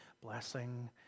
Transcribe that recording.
blessing